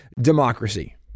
democracy